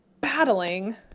battling